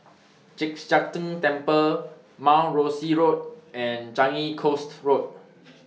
Chek Sian Tng Temple Mount Rosie Road and Changi Coast Road